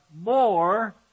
more